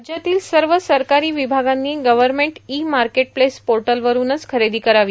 राज्यातील सर्व सरकारी विभागांनी गव्हर्नमेंट ई मार्केटप्लेस पोर्टलवरूनच खरेदी करावी